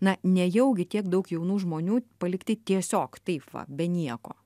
na nejaugi tiek daug jaunų žmonių palikti tiesiog taip va be nieko